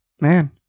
Man